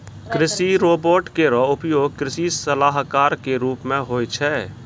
कृषि रोबोट केरो उपयोग कृषि सलाहकार क रूप मे होय छै